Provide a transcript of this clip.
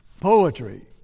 poetry